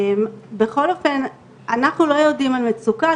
בכל אופן אנחנו לא יודעים על מצוקה.